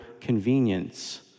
convenience